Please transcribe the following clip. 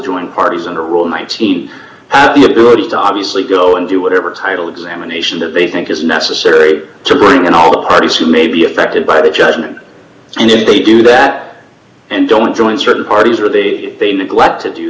join parties and a roll nineteen and the ability to obviously go and do whatever title examination that they think is necessary to bring in all the parties who may be affected by the judgement and if they do that and don't join certain parties or they they neglect to do